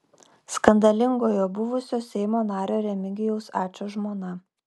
skandalingojo buvusio seimo nario remigijaus ačo žmona